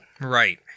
Right